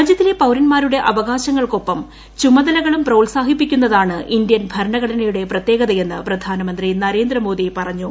രാജ്യത്തിലെ പ്രിര്യൻമാരുടെ അവകാശങ്ങൾക്കൊപ്പം ചുമതലകളും പ്രോത്സാഹിഷ്ടിക്കുന്നതാണ് ഇന്ത്യൻ ഭരണഘടനയുടെ പ്രത്യേകതയെന്ന് പ്രധാന്ദ്രമുന്തി ്നരേന്ദ്രമോദി പറഞ്ഞു